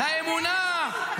לאמונה,